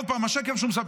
עוד פעם השקר שהוא מספר,